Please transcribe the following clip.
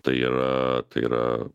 tai yra tai yra